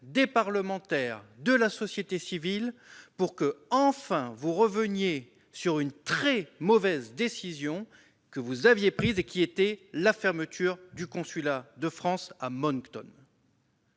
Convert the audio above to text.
des parlementaires, de la société civile, pour qu'enfin vous reveniez sur une très mauvaise décision que votre ministère avait prise, à savoir la fermeture du consulat de France à Moncton.